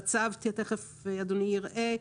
בצו, תכף אדוני יראה,